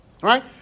right